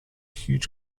huge